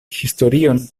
historion